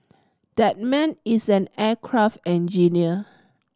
that man is an aircraft engineer